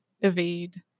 evade